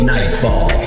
Nightfall